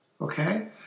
Okay